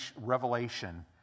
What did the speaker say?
revelation